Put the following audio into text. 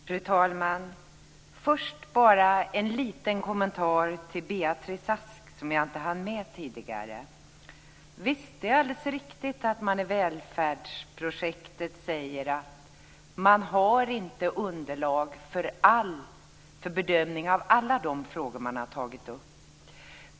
Fru talman! Först har jag bara en liten kommentar till Beatrice Ask som jag inte hann med tidigare. Det är alldeles riktigt att man i välfärdsprojektet säger att man inte har underlag för bedömning av alla de frågor man har tagit upp.